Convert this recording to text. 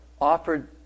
offered